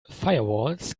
firewalls